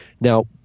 Now